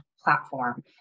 platform